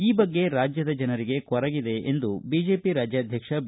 ಈ ಬಗ್ಗೆ ರಾಜ್ಯದ ಜನರಿಗೆ ಕೊರಗಿದೆ ಎಂದು ಬಿಜೆಪಿ ರಾಜ್ಯಾಧ್ಯಕ್ಷ ಬಿ